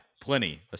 plenty